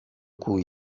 cui